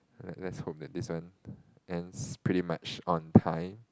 like let's hope that this one ends pretty much on time